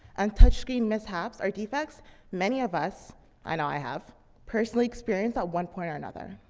and touch screen mishaps are defects many of us i know i have personally experience at one point or another.